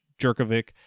Jerkovic